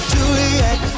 Juliet